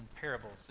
parables